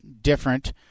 different